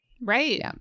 Right